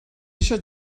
eisiau